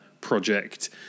project